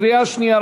קריאה שנייה,